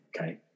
okay